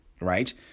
right